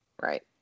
right